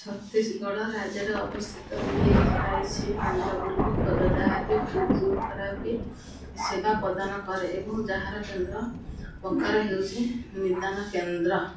ଛତିଶଗଡ଼ ରାଜ୍ୟରେ ଅବସ୍ଥିତ E S I C କେନ୍ଦ୍ରଗୁଡ଼ିକ ଖୋଜ ଯାହାକି ଫିଜିଓଥେରାପି ସେବା ପ୍ରଦାନ କରେ ଏବଂ ଯାହାର କେନ୍ଦ୍ର ପ୍ରକାର ହେଉଛି ନିଦାନ କେନ୍ଦ୍ର